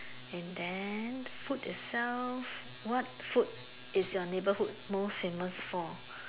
and then food itself what food is your neighbourhood most famous for